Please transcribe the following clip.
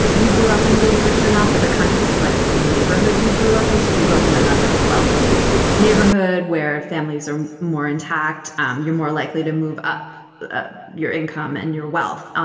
you grew up in, being rich or not, but the context of like the neighborhood you grew up in, so if you grew up in another and and like a wealthy neighborhood where and families are more intact, um you're more more likely to move up ah your income and your wealth. um